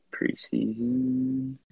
Preseason